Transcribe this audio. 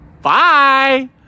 bye